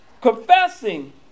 confessing